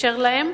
אפשר להם,